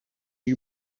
you